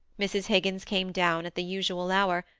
mrs. higgins came down at the usual hour,